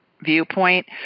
viewpoint